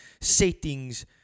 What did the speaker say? settings